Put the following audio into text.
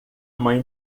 mãe